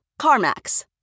CarMax